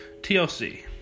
TLC